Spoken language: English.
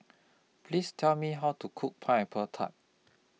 Please Tell Me How to Cook Pineapple Tart